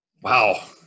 Wow